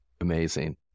Amazing